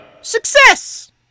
Success